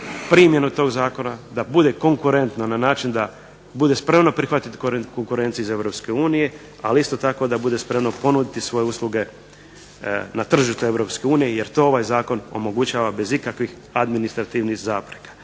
primjenu tog zakona, da bude konkurentno na način da bude spremno prihvatiti konkurenciju iz Europske unije, ali isto tako da bude spremno ponuditi svoje usluge na tržištu Europske unije jer to ovaj zakon omogućava bez ikakvih administrativnih zapreka.